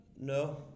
No